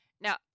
Now